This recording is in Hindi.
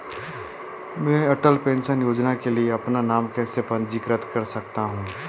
मैं अटल पेंशन योजना के लिए अपना नाम कैसे पंजीकृत कर सकता हूं?